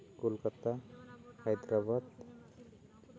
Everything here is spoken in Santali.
ᱠᱳᱞᱠᱟᱛᱟ ᱦᱟᱭᱫᱨᱟᱵᱟᱫ